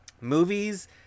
movies